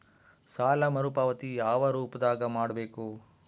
ಸಾಲ ಮರುಪಾವತಿ ಯಾವ ರೂಪದಾಗ ಮಾಡಬೇಕು?